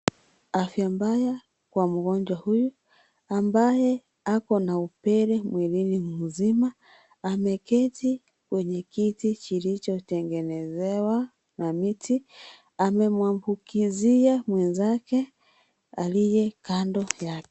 Afya mbaya Kwa mgonjwa huyu ambaye ako na upele mwilini mzima. Ameketi kwenye kiti kilichotengwnezewa na miti, amemuambukizia mwenzake aliye Kando yake.